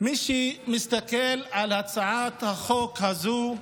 מי שמסתכל על הצעת החוק הזו,